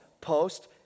post